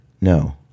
No